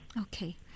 Okay